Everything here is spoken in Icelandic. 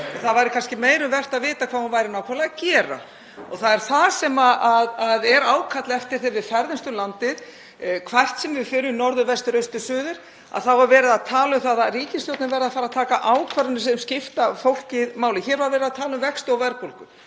það væri kannski meira um vert að vita hvað hún væri nákvæmlega að gera. Það er það sem er ákall eftir. Þegar við ferðumst um landið, hvert sem við förum, norður, vestur, austur, suður, þá er verið að tala um að ríkisstjórnin verði að fara að taka ákvarðanir sem skipta fólkið máli. Hér var verið að tala um vexti og verðbólgu.